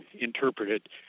interpreted